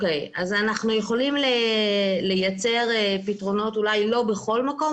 אז אנחנו יכולים לייצר פתרונות אולי לא בכל מקום,